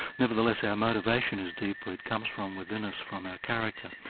nevertheless our motivation is deeper, it comes from within us from our character,